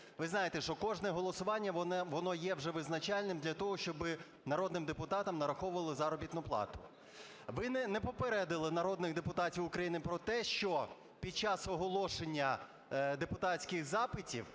ви знаєте, що кожне голосування, воно є вже визначальним для того, щоб народним депутатам нараховували заробітну плату. Ви не попередили народних депутатів України про те, що під час оголошення депутатських запитів